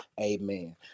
amen